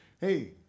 Hey